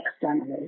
externally